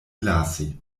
lasi